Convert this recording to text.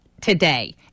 today